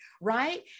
right